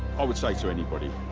i would say to anybody,